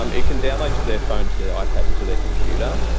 um it can download to their phone, to their ah ipad and to their computer.